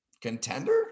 contender